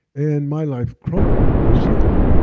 and my life crumbled, basically.